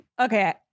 Okay